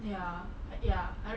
ya I think ya